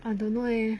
I don't know leh